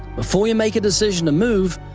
before we and make a decision to move,